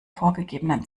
vorgegebenen